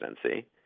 presidency